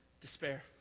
Despair